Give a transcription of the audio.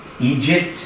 Egypt